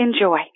enjoy